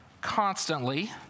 Constantly